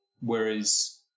whereas